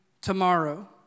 tomorrow